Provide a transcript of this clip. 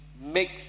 make